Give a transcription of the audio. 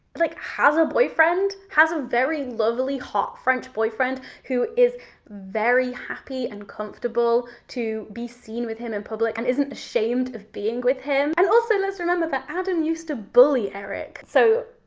like has a boyfriend, has a very lovely, hot french boyfriend who is very happy and comfortable to be seen with him in and public and isn't ashamed of being with him. and also, let's remember that adam used to bully eric. so,